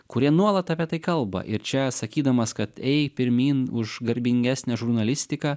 kurie nuolat apie tai kalba ir čia sakydamas kad ei pirmyn už garbingesnę žurnalistiką